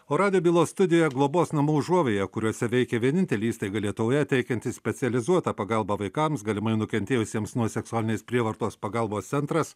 o radijo bylos studijoje globos namų užuovėja kuriuose veikia vienintelė įstaiga lietuvoje teikianti specializuotą pagalbą vaikams galimai nukentėjusiems nuo seksualinės prievartos pagalbos centras